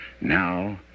now